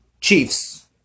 Chiefs